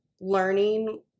learning